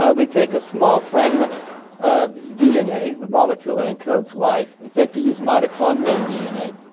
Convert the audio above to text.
ah we take a small fragment of dna, the molecule that encodes life, in fact we use mitochondrial dna,